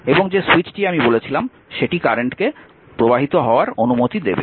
এবং যে সুইচটি আমি বলেছিলাম সেটি কারেন্টকে অনুমতি দেবে